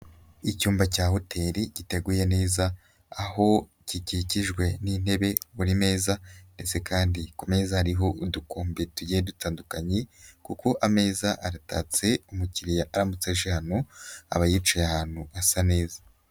Icyumba cya hoteri giteguye neza aho gikikijwe n'intebe buri meza ndetse kandi ku meza hariho udukombe tugiye dutandukanye kuko ameza aratatse umukiriya aramutse aje hano aba yicaye ahantu hasa neza.